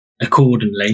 accordingly